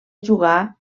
jugar